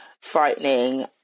frightening